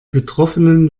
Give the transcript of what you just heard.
betroffenen